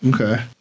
Okay